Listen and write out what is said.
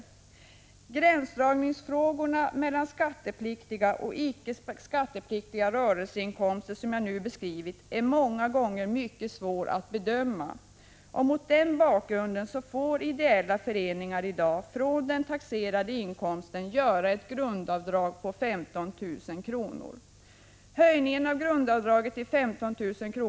Den gränsdragning mellan skattepliktiga och icke skattepliktiga rörelseinkomster som jag nu beskrivit är många gånger mycket svår. Mot den bakgrunden får ideella föreningar i dag från den taxerade inkomsten göra ett grundavdrag på 15 000 kr. Höjningen av grundavdraget till 15 000 kr.